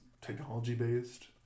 technology-based